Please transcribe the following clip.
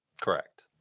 Correct